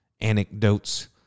anecdotes